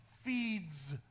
Feeds